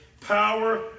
power